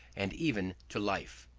and even to life.